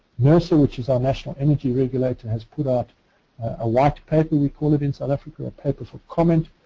nerosa, which is our national energy regulator has put out a white paper, we call it, in south africa, or paper for comment,